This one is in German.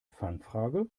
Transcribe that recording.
fangfrage